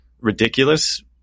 ridiculous